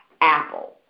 Apple